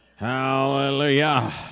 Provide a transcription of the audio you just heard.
Hallelujah